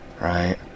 Right